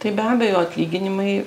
tai be abejo atlyginimai